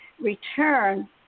return